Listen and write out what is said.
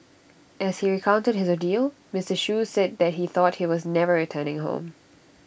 as he recounted his ordeal Mister Shoo said that he thought he was never returning home